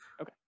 okay